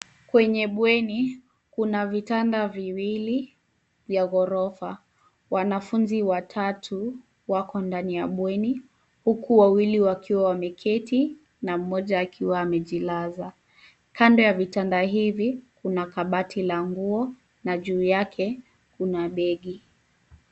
Kwenye bweni kuna vitanda viwili vya ghorofa. Wanafunzi watatu wako ndani ya bweni huku wawili wakiwa wameketi na mmoja akiwa amejilaza. Kando ya vitanda hivi kuna kabati la nguo na juu yake kuna begi.